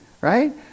Right